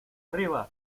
arriba